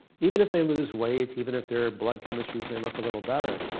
even if they lose weight, even if their blood chemistries may look a little better,